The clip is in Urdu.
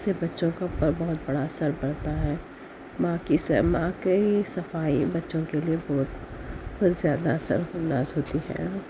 اس سے بچوں کو بہت بڑا اثر پڑتا ہے ماں کی سے ماں کے ہی صفائی بچوں کے لئے بہت زیادہ اثرانداز ہوتی ہے